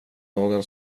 någon